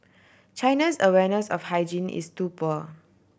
China's awareness of hygiene is too poor